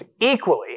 equally